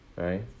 right